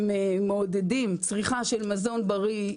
הם מעודדים צריכה של מזון בריא,